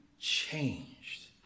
changed